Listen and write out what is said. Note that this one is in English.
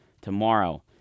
tomorrow